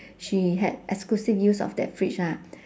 she had exclusive use of that fridge ah